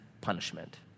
punishment